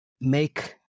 make